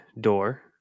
door